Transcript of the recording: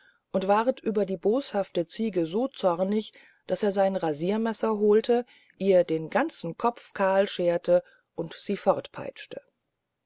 und ward über die boshafte ziege so zornig daß er sein rasirmesser holte ihr den ganzen kopf kahl scheerte und sie